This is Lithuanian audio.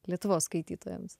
lietuvos skaitytojams